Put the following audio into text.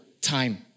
Time